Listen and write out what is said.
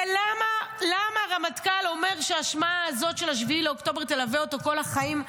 ולמה הרמטכ"ל אומר שהאשמה הזו של 7 באוקטובר תלווה אותו כל החיים,